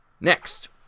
Next